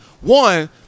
one